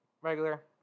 regular